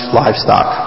livestock